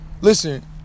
Listen